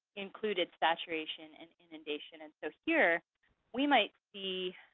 included saturation and inundation. and so here we might see